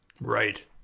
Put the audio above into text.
right